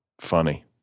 funny